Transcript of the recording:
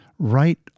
Right